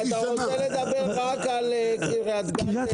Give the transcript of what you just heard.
אתה רוצה לדבר רק על קרית גת,